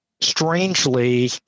strangely